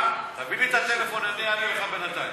תביא לי את הטלפון, אני אענה לך בינתיים.